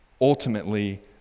ultimately